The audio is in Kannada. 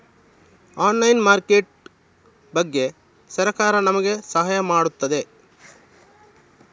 ಆನ್ಲೈನ್ ಮಾರ್ಕೆಟ್ ಬಗ್ಗೆ ಸರಕಾರ ನಮಗೆ ಸಹಾಯ ಮಾಡುತ್ತದೆ?